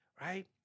right